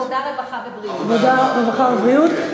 ועדת העבודה, הרווחה והבריאות.